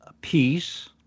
peace